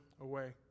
away